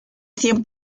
cien